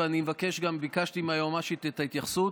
וביקשתי מהיועצת המשפטית את ההתייחסות: